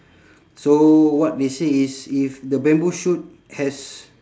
so what they say is if the bamboo shoot has